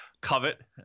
covet